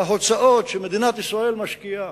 ההוצאות שמדינת ישראל מוציאה